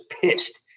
pissed